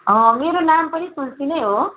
मेरो नाम पनि तुलसी नै हो